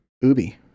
Ubi